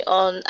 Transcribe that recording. on